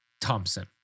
Thompson